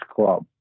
club